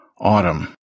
Autumn